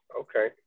Okay